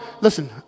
listen